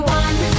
one